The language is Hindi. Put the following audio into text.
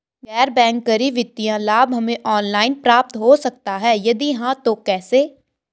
गैर बैंक करी वित्तीय लाभ हमें ऑनलाइन प्राप्त हो सकता है यदि हाँ तो कैसे?